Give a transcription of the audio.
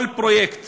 כל פרויקט